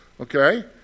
okay